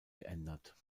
geändert